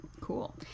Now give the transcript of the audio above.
cool